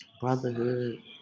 brotherhood